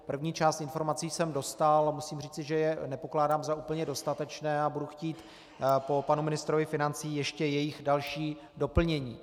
První část informací jsem dostal a musím říci, že je nepokládám za úplně dostatečné a budu chtít po panu ministrovi financí ještě jejich další doplnění.